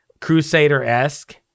crusader-esque